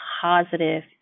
positive